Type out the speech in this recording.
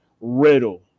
Riddle